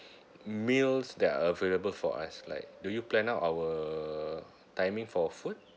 meals that are available for us like do you plan out our timing for food